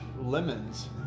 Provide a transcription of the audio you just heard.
lemons